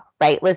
right